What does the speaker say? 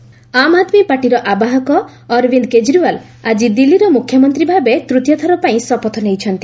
Kejriwal oath Aam Aadmi ପାର୍ଟିର ଆବାହକ ଅରବିନ୍ଦ କେଜରିଓ୍ବାଲ ଆଜି ଦିଲ୍ଲୀର ମୁଖ୍ୟମନ୍ତ୍ରୀ ଭାବେ ତୃତୀୟଥର ପାଇଁ ଶପଥ ନେଇଛନ୍ତି